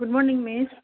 good morning miss